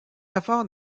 efforts